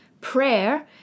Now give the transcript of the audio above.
prayer